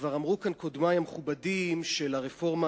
וכבר אמרו כאן קודמי המכובדים שלרפורמה